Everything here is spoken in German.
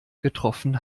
getroffen